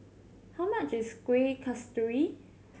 how much is Kueh Kasturi